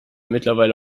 mittlerweile